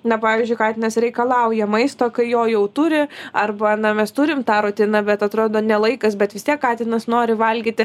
na pavyzdžiui katinas reikalauja maisto kai jo jau turi arba mes turim tą rutiną bet atrodo ne laikas bet vis tiek katinas nori valgyti